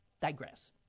digress